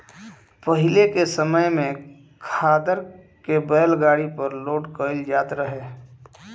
पाहिले के समय में खादर के बैलगाड़ी पर लोड कईल जात रहे